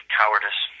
cowardice